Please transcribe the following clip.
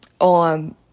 on